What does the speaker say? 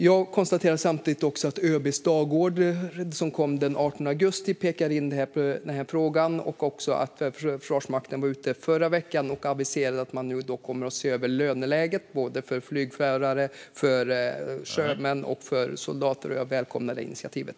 Jag konstaterar samtidigt att ÖB:s dagorder från den 18 augusti tar sikte på den här frågan och att Försvarsmakten i förra veckan aviserade att man kommer att se över löneläget för flygförare, för sjömän och för soldater. Jag välkomnar det initiativet.